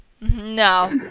no